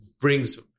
brings